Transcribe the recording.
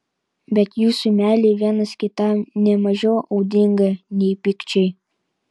bet jūsų meilė vienas kitam ne mažiau audringa nei pykčiai